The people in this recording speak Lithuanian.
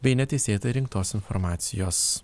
bei neteisėtai rinktos informacijos